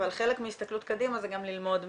אבל חלק מהסתכלות קדימה זה גם ללמוד --- לכן,